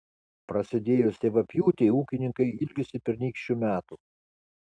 prasidėjus javapjūtei ūkininkai ilgisi pernykščių metų